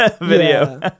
video